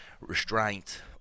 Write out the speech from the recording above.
restraint